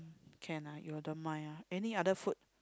can ah you don't mind ah any other food